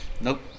Nope